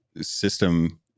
system